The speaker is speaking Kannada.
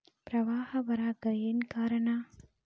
ಪ್ರವಾಹ ಬರಾಕ್ ಏನ್ ಕಾರಣ?